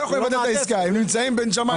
הם לא יכולים לבטל את העסקה; הם נמצאים בין שמים לארץ.